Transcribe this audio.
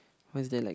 why is there like